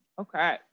Okay